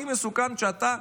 הכי מסוכן זה שאתה,